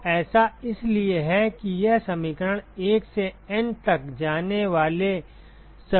तो ऐसा इसलिए है कि यह समीकरण 1 से N तक जाने वाले सभी के लिए मान्य है